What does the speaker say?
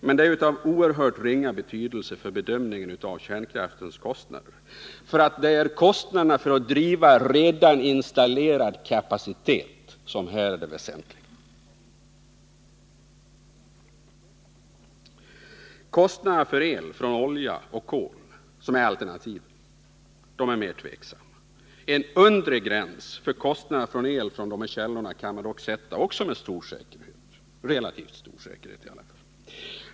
Men det är av oerhört ringa betydelse för bedömningen av kärnkraftens kostnader — det är kostnaderna för att driva redan installerad kapacitet som här är det väsentliga. Kostnaderna för el från olja och kol, som är alternativen, är mer tveksamma. En undre gräns för kostnaderna för el från dessa källor kan dock sättas med relativt stor säkerhet.